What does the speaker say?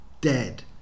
dead